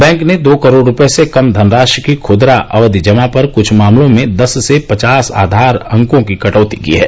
bank ने दो करोड़ रुपए से कम घनराशि की खूदरा अवधि जमा पर कृछ मामलों में दस से पचास आधार अंकों की कटौती की है